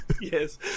Yes